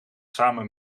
samen